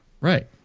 Right